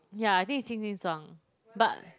yeah I think is 轻轻撞 but